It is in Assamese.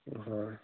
অঁ হয়